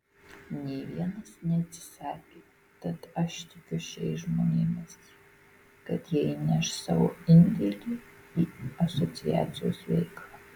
nė vienas neatsisakė tad aš tikiu šiais žmonėmis kad jie įneš savo indėlį į asociacijos veiklą